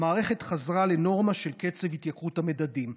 המערכת חזרה לנורמה של קצב התייקרות המדדים.